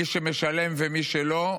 מי שמשלם ומי שלא.